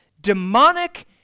demonic